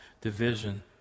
division